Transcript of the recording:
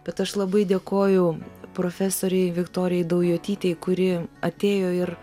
bet aš labai dėkoju profesorei viktorijai daujotytei kuri atėjo ir